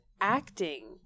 acting